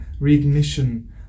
reignition